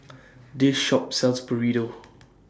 This Shop sells Burrito